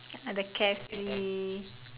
ah the carefree